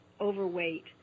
overweight